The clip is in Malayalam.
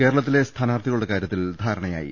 കേരളത്തിലെ സ്ഥാനാർഥികളുടെ കാര്യത്തിൽ ധാരണയായി